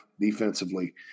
defensively